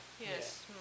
Yes